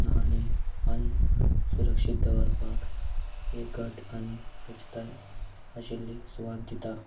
ना आनी अन्न सुरक्षीत दवरपाक एक गट आनी स्वच्छताय आशिल्ली सुवात दिता